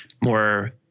more